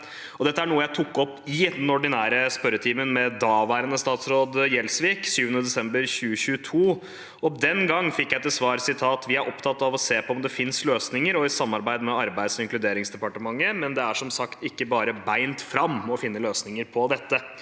Dette er noe jeg tok opp i den ordinære spørretimen med daværende statsråd Sigbjørn Gjelsvik 7. desember 2022. Den gang fikk jeg til svar: «Vi er opptekne av å sjå på om det finst løysingar, òg i samarbeid med Arbeids- og inkluderingsdepartementet, men det er som sagt ikkje berre beint fram å finne løysingar på dette.»